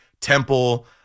Temple